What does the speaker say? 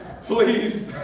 Please